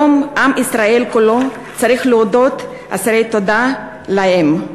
היום עם ישראל כולו צריך להיות אסיר תודה להם.